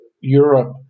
Europe